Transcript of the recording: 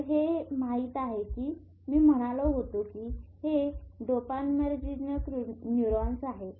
तर हे हे आहेत मी म्हणालो होतो कि हे डोपामिनर्जिक न्यूरॉन्स आहेत